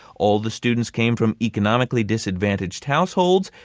all the students came from economically disadvantaged households.